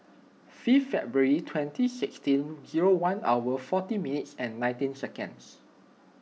fifth February twenty sixteen zero one hour forty minutes and nineteen seconds